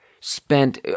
spent